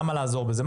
למה לעזור בזה?